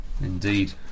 Indeed